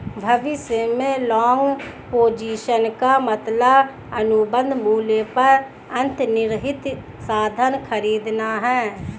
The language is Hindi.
भविष्य में लॉन्ग पोजीशन का मतलब अनुबंध मूल्य पर अंतर्निहित साधन खरीदना है